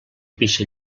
pixa